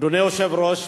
אדוני היושב-ראש,